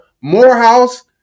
Morehouse